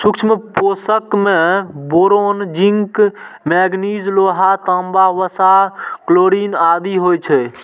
सूक्ष्म पोषक मे बोरोन, जिंक, मैगनीज, लोहा, तांबा, वसा, क्लोरिन आदि होइ छै